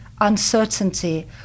uncertainty